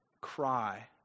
cry